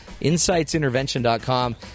insightsintervention.com